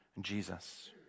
Jesus